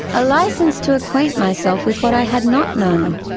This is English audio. a like iicence to acquaint myself with what i had not known,